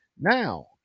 Now